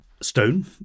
stone